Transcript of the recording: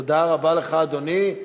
תודה רבה לך, אדוני.